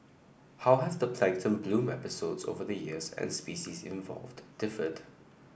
how have the plankton bloom episodes over the years and species involved differed